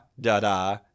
da-da